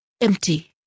empty